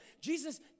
Jesus